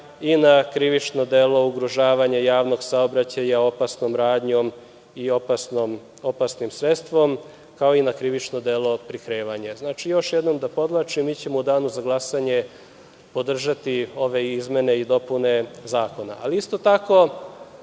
i na krivično delo ugrožavanja javnog saobraćaja opasnom radnjom i opasnim sredstvom, kao i na krivično delo prikrivanja. Znači, još jednom podvlačim, mi ćemo u danu za glasanje podržati ove izmene i dopune zakona, ali isto tako